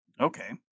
okay